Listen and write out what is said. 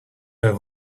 have